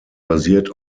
basiert